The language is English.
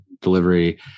delivery